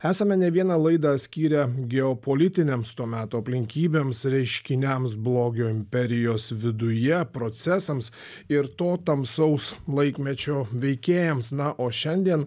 esame ne vieną laidą skyrę geopolitinėms to meto aplinkybėms reiškiniams blogio imperijos viduje procesams ir to tamsaus laikmečio veikėjams na o šiandien